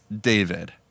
David